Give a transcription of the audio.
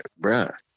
bruh